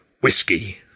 whiskey